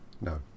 No